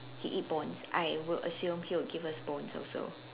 he eat bones I will assume he'll give us bones also